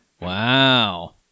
Wow